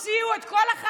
תוציאו מחר את כל החיילים,